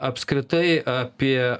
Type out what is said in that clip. apskritai apie